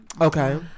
Okay